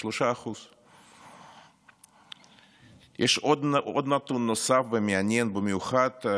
3%. יש עוד נתון נוסף ומעניין במיוחד: